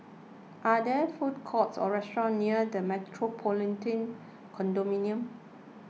are there food courts or restaurants near the Metropolitan Condominium